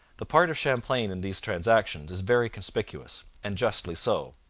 the part of champlain in these transactions is very conspicuous, and justly so.